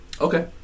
Okay